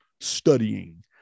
studying